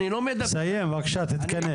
--- תסיים בבקשה תתכנס.